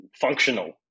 functional